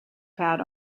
pad